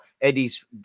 Eddie's